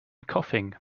coughing